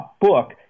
book